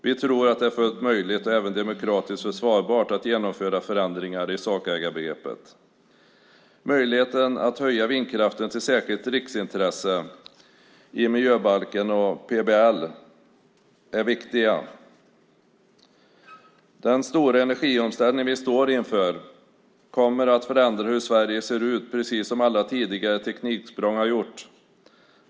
Vi tror att det är fullt möjligt, och även demokratiskt försvarbart, att genomföra förändringar av sakägarbegreppet. Att göra det möjligt att höja vindkraften till särskilt riksintresse i miljöbalken och PBL är därför en viktig åtgärd. Den stora energiomställning vi står inför kommer att förändra hur Sverige ser ut, precis som alla tidigare tekniksprång har gjort.